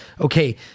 Okay